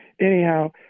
Anyhow